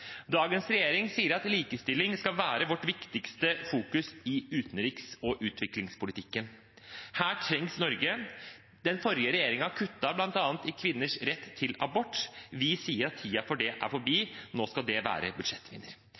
Dagens regjering sier at likestilling skal være vårt viktigste fokus i utenriks- og utviklingspolitikken. Her trengs Norge. Den forrige regjeringen kuttet bl.a. i kvinners rett til abort. Vi sier at tiden for det er forbi. Nå skal det være budsjettvinner.